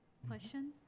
Question